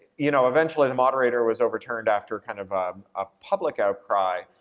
you know, eventually the moderator was overturned after kind of a public outcry,